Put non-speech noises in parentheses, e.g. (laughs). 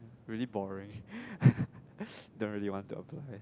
really boring (laughs) don't really want to apply